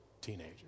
teenager